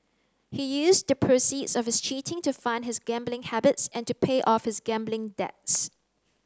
he used the proceeds of his cheating to fund his gambling habits and to pay off his gambling debts